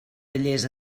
tallers